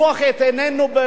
לפקוח את עינינו,